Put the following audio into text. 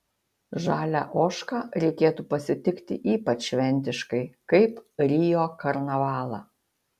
žalią ožką reikėtų pasitikti ypač šventiškai kaip rio karnavalą